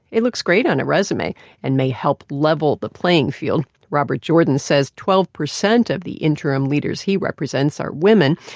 it looks great on a resume and may help level the playing field. robert jordan says twelve percent of the interim leaders he represents are women,